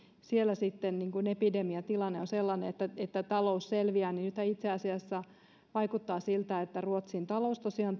siellä sitten epidemiatilanne on sellainen että että talous selviää niin nythän itse asiassa vaikuttaa siltä että ruotsin kansantalous tosiaan